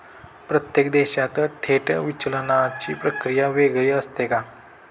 प्रत्येक देशात थेट विचलनाची प्रक्रिया वेगळी असते का?